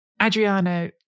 Adriano